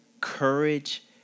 courage